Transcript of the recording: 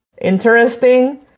interesting